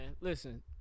Listen